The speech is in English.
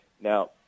Now